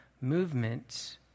movement